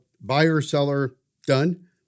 buyer-seller-done